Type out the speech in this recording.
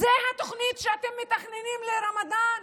זו התוכנית שאתם מתכננים לרמדאן,